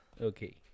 Okay